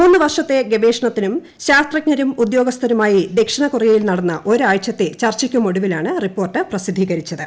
മൂന്ന് വർഷത്തെ ഗവേഷണത്തിനും ശാസ്ത്രജ്ഞരും ഉദ്യോഗസ്ഥരുമായി ദക്ഷിണകൊറിയയിൽ നടന്ന ഒരാഴ്ചത്തെ ചർച്ചയ്ക്കുമൊടുവിലാണ് റിപ്പോർട്ട് പ്രസിദ്ധീകരിച്ചത്